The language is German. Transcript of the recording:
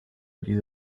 diese